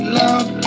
love